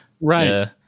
Right